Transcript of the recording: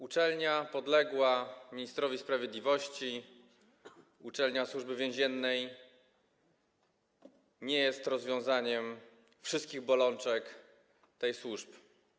Uczelnia podległa ministrowi sprawiedliwości, uczelnia Służby Więziennej, nie jest rozwiązaniem wszystkich bolączek tej służby.